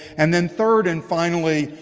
and then, third, and finally,